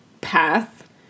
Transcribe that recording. path